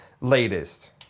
latest